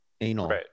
anal